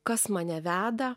kas mane veda